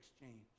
exchange